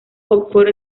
oxford